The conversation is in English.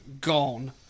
gone